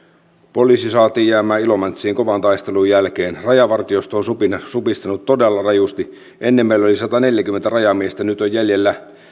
poliisi saatiin jäämään ilomantsiin kovan taistelun jälkeen rajavartiosto on supistunut todella rajusti ennen meillä oli sataneljäkymmentä rajamiestä nyt on jäljellä